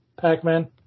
Pac-Man